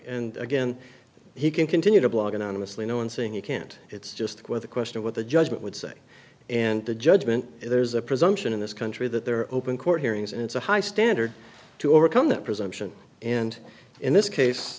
and again he can continue to blog anonymously no one's saying you can't it's just with a question of what the judgment would say and the judgment there's a presumption in this country that there are open court hearings and it's a high standard to overcome that presumption and in this case